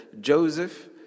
Joseph